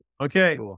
Okay